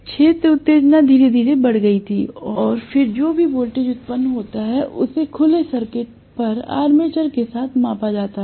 क्षेत्र उत्तेजना धीरे धीरे बढ़ गई थी और फिर जो भी वोल्टेज उत्पन्न होता है उसे खुले सर्किट पर आर्मेचर के साथ मापा जाता था